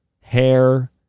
hair